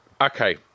Okay